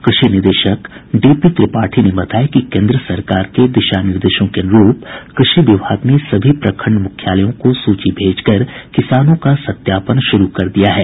कृषि निदेशक D P Tripathi ने बताया कि केन्द्र सरकार के दिशा निर्देशों के अनुरूप कृषि विभाग ने सभी प्रखंड मुख्यालयों को सूची भेजकर किसानों का सत्यापन शुरू कर दिया है